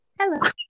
Hello